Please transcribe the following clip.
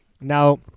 Now